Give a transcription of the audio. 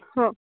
ହଁ